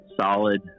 solid